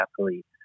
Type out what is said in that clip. athlete